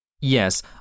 Yes